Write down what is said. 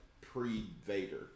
pre-Vader